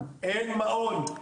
אין מעון,